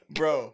bro